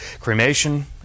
cremation